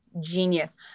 genius